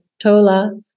Tola